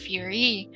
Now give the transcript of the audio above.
Fury